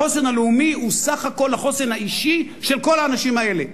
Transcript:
החוסן הלאומי הוא סך כול החוסן האישי של כל האנשים האלה,